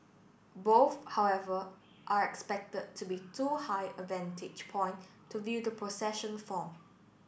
both however are expected to be too high a vantage point to view the procession form